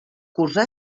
cursà